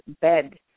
bed